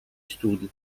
studi